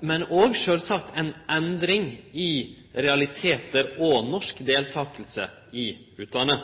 men òg sjølvsagt at det har vore ei endring når det gjeld realitetar og norsk deltaking i utlandet.